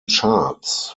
charts